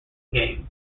game